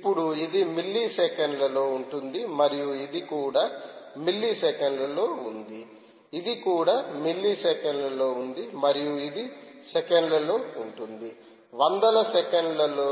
ఇప్పుడు ఇది మిల్లీ సెకన్లలో ఉంటుంది మరియు ఇది కూడా మిల్లీ సెకన్లలో ఉంది ఇది కూడా మిల్లీ సెకన్లలో ఉంది మరియు ఇది సెకన్లలో ఉంటుంది వందల సెకన్లు